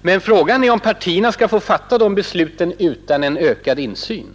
Men frågan är om partierna skall fatta de besluten utan en ökad insyn.